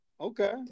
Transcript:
Okay